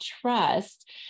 trust